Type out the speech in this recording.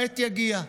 העת תגיע.